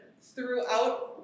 throughout